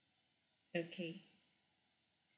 okay